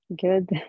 good